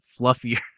fluffier